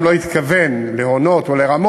אם אדם לא התכוון להונות או לרמות,